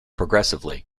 progressively